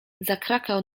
zakrakał